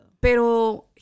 pero